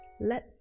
Let